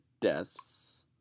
deaths